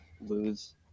lose